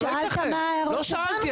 אבל שאלת מה --- לא שאלתי.